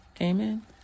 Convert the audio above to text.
Amen